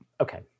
okay